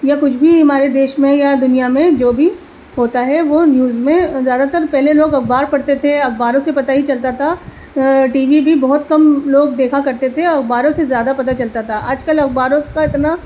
یا کچھ بھی ہمارے دیش میں یا دنیا میں جو بھی ہوتا ہے وہ نیوز میں زیادہ تر پہلے لوگ اخبار پڑھتے تھے اخباروں سے پتا ہی چلتا تھا ٹی وی بھی بہت کم لوگ دیکھا کرتے تھے اور اخباروں سے زیادہ پتا چلتا تھا آج کل اخباروں کا اتنا